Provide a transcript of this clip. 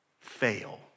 fail